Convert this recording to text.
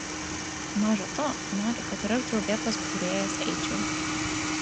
maža to nori kad ir aš drauge pas būrėjas eičiau